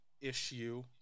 issue